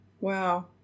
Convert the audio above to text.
Wow